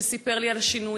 שסיפר לי על השינויים.